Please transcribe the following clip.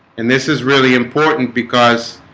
and this is really important because